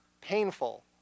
painful